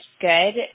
good